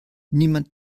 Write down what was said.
niemand